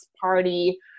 party